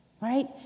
right